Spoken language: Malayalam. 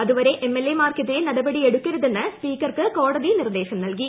അതുവരെ എം എൽ എ മാർക്കെതിരെ നടപടി എടുക്കരുതെന്നും സ്പീക്കർക്ക് കോടതി നിർദേശം നൽകി